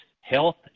health